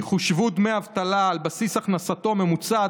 יחושבו דמי האבטלה על בסיס הכנסתו הממוצעת